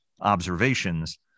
observations